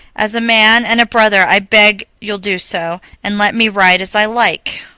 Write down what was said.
as a man and a brother i beg you'll do so, and let me ride as i like.